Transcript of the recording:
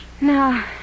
No